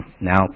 Now